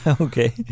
Okay